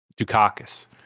Dukakis